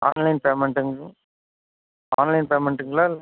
online பேமண்ட்டுங்க online பேமண்ட்டுங்களா இல்லை